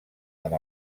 amb